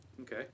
Okay